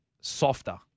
softer